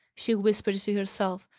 she whispered to herself.